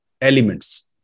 elements